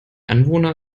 anwohner